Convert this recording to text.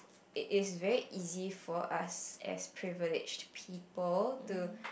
it is very easy for us as privileged people to